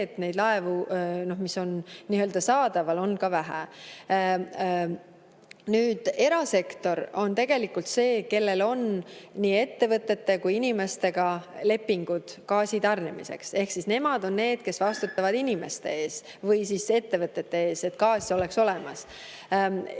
et neid laevu, mis on saadaval, on vähe. Erasektor on tegelikult see, kellel on nii ettevõtete kui ka inimestega lepingud gaasi tarnimiseks, ehk nemad on need, kes vastutavad inimeste ees või ettevõtete ees, et gaas oleks olemas.